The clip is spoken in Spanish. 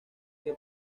que